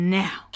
now